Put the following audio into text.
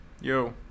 Yo